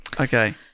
Okay